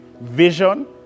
vision